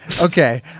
Okay